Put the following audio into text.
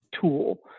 tool